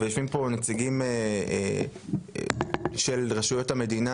יושבים פה נציגים של רשויות המדינה